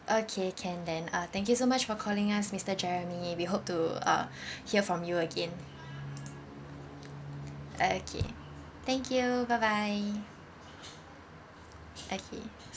okay can then uh thank you so much for calling us mister jeremy we hope to uh hear from you again okay thank you bye bye okay